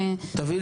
בשנה